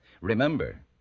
Remember